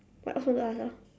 what else want to ask ah